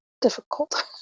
difficult